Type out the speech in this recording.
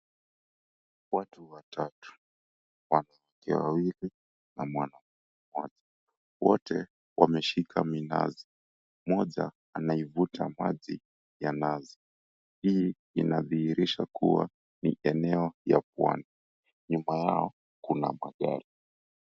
Watu watatu, wanaume wawili na mwanamke mmoja. Wote wameshika minazi. Mmoja anaivuta maji ya nazi. Hii inadhihirisha kuwa ni eneo ya pwani. Nyuma yao kuna magari.